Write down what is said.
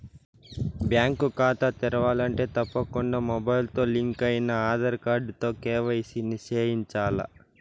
bank కాతా తెరవాలంటే తప్పకుండా మొబయిల్తో లింకయిన ఆదార్ కార్డుతో కేవైసీని చేయించాల్ల